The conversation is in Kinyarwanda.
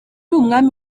umwami